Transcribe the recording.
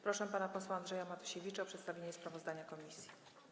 Proszę pana posła Andrzeja Matusiewicza o przedstawienie sprawozdania komisji.